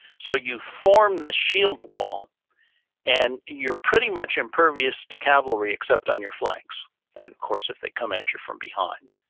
so you form this shield wall and you're pretty much impervious to cavalry except on your flanks and of course if they come at you from behind.